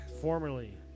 Formerly